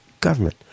government